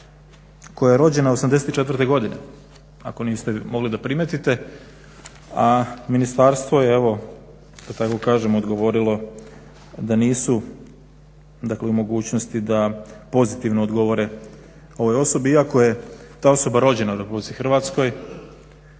koja je rođena '84. godine ako niste mogli da primetite, a ministarstvo evo da tako kažem odgovorilo da nisu dakle u mogućnosti da pozitivno odgovore ovoj osobi, iako je ta osoba rođena u Republici Hrvatskoj,